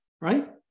right